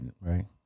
right